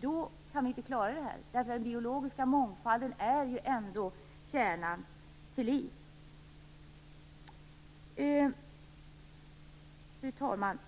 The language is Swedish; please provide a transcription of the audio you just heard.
Då kan vi inte klara det här. Den biologiska mångfalden är ändå kärnan för liv. Fru talman!